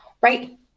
right